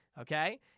Okay